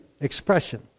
expression